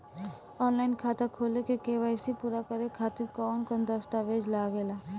Online खाता खोले में के.वाइ.सी पूरा करे खातिर कवन कवन दस्तावेज लागे ला?